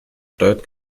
steuert